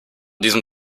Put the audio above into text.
diesem